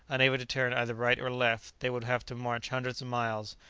unable to turn either right or left, they would have to march hundreds of miles,